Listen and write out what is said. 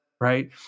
right